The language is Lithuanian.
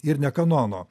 ir ne kanono